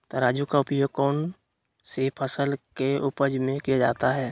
तराजू का उपयोग कौन सी फसल के उपज में किया जाता है?